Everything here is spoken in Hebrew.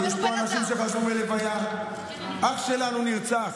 יש פה אנשים שחזרו מלוויה, אח שלנו נרצח,